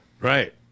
right